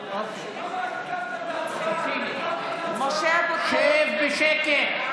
למה עיכבת את ההצבעה, שב בשקט.